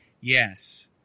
Yes